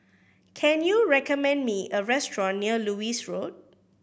can you recommend me a restaurant near Lewis Road